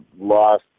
lost